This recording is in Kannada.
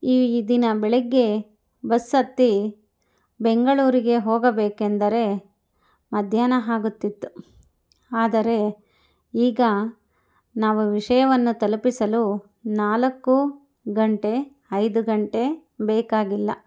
ಈ ದಿನ ಬೆಳಗ್ಗೆ ಬಸ್ ಹತ್ತಿ ಬೆಂಗಳೂರಿಗೆ ಹೋಗಬೇಕೆಂದರೆ ಮಧ್ಯಾಹ್ನ ಆಗುತ್ತಿತ್ತು ಆದರೆ ಈಗ ನಾವು ವಿಷಯವನ್ನು ತಲುಪಿಸಲು ನಾಲ್ಕು ಗಂಟೆ ಐದು ಗಂಟೆ ಬೇಕಾಗಿಲ್ಲ